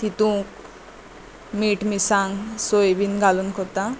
तितू मीठ मिरसांग सोय बीन घालून करतां